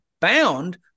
bound